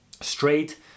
straight